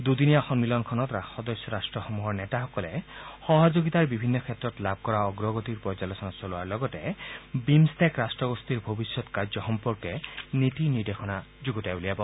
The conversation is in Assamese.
দুদিনীয়া সম্মিলনখনত সদস্য ৰাষ্ট্ৰসমূহৰ নেতাসকলে সহযোগিতাৰ বিভিন্ন ক্ষেত্ৰত লাভ কৰা অগ্ৰগতি পৰ্যালোচনা চলোৱাৰ লগতে বিমট্টেক ৰাট্টগোষ্ঠীৰ ভৱিষ্যৎ কাৰ্যসম্পৰ্কে নীতি নিৰ্দেশনা যুগুতাই উলিয়াব